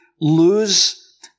lose